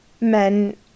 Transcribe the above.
Men